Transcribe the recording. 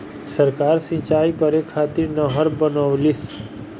सरकार सिंचाई करे खातिर नहर बनवईलस